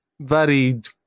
varied